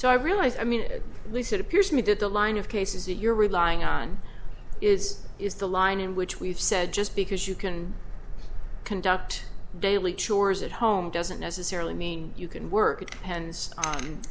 so i realize i mean at least it appears to me that the line of cases that you're relying on is is the line in which we've said just because you can conduct daily chores at home doesn't necessarily mean you can work it depends on